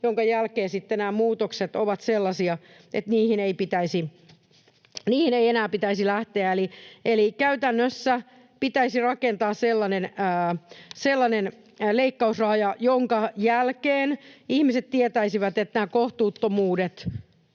nämä muutokset ovat sellaisia, että niihin ei enää pitäisi lähteä. Eli käytännössä pitäisi rakentaa sellainen leikkausraja, jonka jälkeen ihmiset tietäisivät, että nämä kohtuuttomuudet